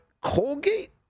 Colgate